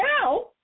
now